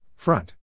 Front